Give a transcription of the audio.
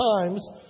times